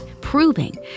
proving